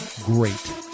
great